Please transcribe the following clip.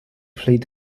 played